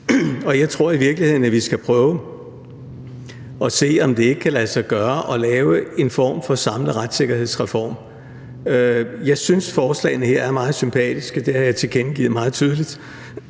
og jeg tror i virkeligheden, at vi skal prøve at se, om det ikke kan lade sig gøre at lave en form for samlet retssikkerhedsreform. Jeg synes, at forslagene her er meget sympatiske, og det har jeg tilkendegivet meget tydeligt.